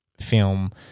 film